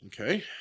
okay